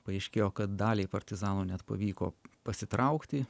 paaiškėjo kad daliai partizanų net pavyko pasitraukti